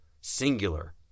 singular